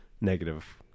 negative